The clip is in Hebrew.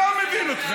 לא מבין אתכם.